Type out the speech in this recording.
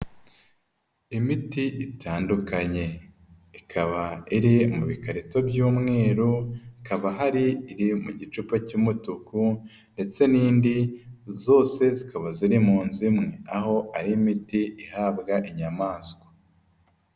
Imiti itandukanye, ikaba iri mu bikarito by'umweru, hakaba hari iri mu gicupa cy'umutuku ndetse n'indi zose zikaba ziri muzu imwe, aho ari imiti ihabwa inyamaswa.